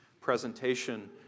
presentation